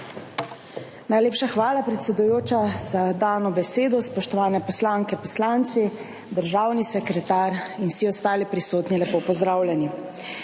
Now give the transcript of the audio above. Najlepša hvala, predsedujoča za dano besedo. Spoštovane poslanke, poslanci, državni sekretar in vsi ostali prisotni! Lepo pozdravljeni!